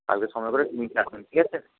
কালকে সময় করে ক্লিনিকে আসুন ঠিক আছে